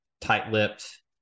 tight-lipped